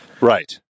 Right